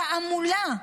תעמולה.